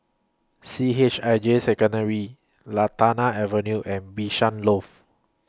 C H I J Secondary Lantana Avenue and Bishan Loft